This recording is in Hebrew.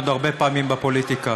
עוד הרבה פעמים בפוליטיקה.